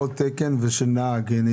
עוד תקן של נהג.